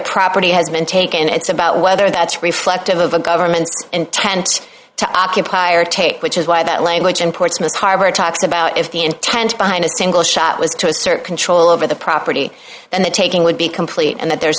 property has been taken it's about whether that's reef active of a government intent to occupy or take which is why that language in portsmouth harbor talked about if the intent behind a single shot was to assert control over the property and the taking would be complete and that there's